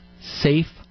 safe